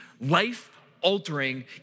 life-altering